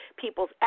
people's